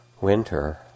winter